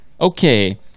Okay